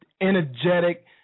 energetic